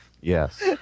Yes